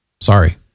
sorry